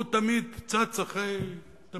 הוא תמיד צץ אחרי הגשם.